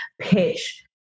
pitch